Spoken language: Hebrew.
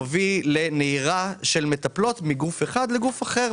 מביא לנהירה של מטפלות מגוף אחד לגוף אחד,